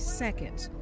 seconds